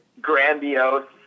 grandiose